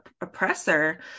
oppressor